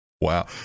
Wow